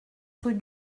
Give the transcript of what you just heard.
rue